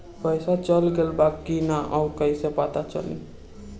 पइसा चल गेलऽ बा कि न और कइसे पता चलि?